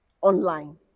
online